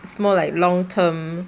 is more like long term